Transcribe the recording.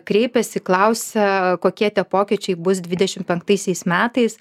kreipiasi klausia kokie tie pokyčiai bus dvidešim penktaisiais metais